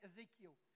Ezekiel